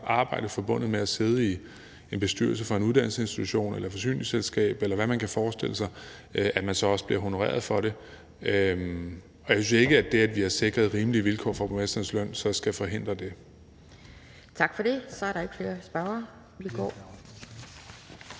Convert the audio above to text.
arbejde forbundet med at sidde i en bestyrelse for en uddannelsesinstitution, et forsyningsselskab, eller hvad man kan forestille sig, så også bliver honoreret for det, og jeg synes ikke, at det, at vi har sikret rimelige vilkår for borgmestrenes løn, skal forhindre det. Kl. 11:49 Anden næstformand (Pia